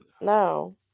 No